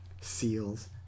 seals